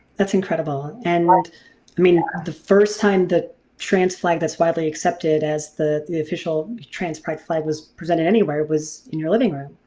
that's incredible. and what i mean the first time the trans flag that's widely accepted as the the official trans pride flag was presented anywhere was in your living room.